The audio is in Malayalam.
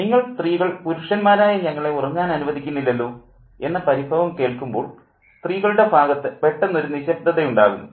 നിങ്ങൾ സ്ത്രീകൾ പുരുഷന്മാരായ ഞങ്ങളെ ഉറങ്ങാൻ അനുവദിക്കില്ലല്ലോ എന്ന പരിഭവം കേൾക്കുമ്പോൾ സ്ത്രീകളുടെ ഭാഗത്ത് പെട്ടെന്ന് ഒരു നിശബ്ദത ഉണ്ടാകുന്നു